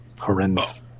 horrendous